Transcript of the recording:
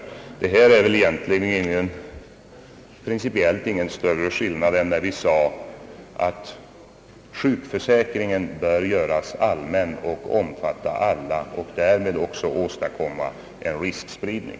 Det är väl egentligen principiellt inte någon större skillnad mellan detta krav och vårt resonemang när vi sade, att sjukförsäkringen bör göras allmän och omfatta alla och därmed också åstadkomma en riskspridning.